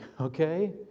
okay